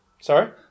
Sorry